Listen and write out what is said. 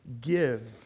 give